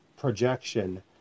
projection